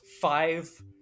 five